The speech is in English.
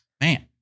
man